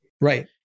Right